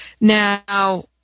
Now